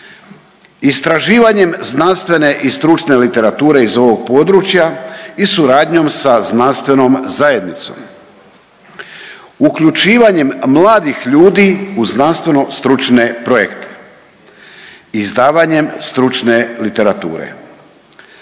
istraživanjem znanstvene i stručne literature iz ovog područja i suradnjom sa znanstvenom zajednicom, uključivanjem mladih ljudi u znanstveno-stručne projekte, izdavanjem stručne literature.